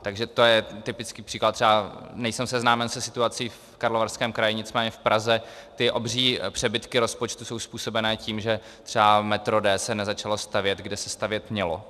Takže to je typický příklad třeba nejsem seznámen se situací v Karlovarském kraji, nicméně v Praze ty obří přebytku rozpočtu jsou způsobené tím, že třeba metro D se nezačalo stavět tam, kde se stavět mělo.